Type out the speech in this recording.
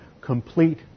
complete